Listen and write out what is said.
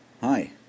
Hi